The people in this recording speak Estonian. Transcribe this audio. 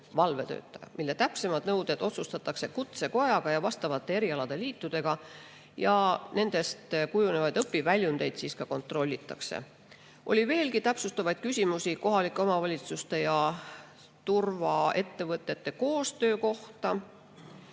"valvetöötaja", mille täpsemad nõuded otsustatakse kutsekojaga ja vastavate erialaliitudega. Sellest kujunevaid õpiväljundeid ka kontrollitakse. Oli veelgi täpsustavaid küsimusi kohalike omavalitsuste ja turvaettevõtete koostöö kohta.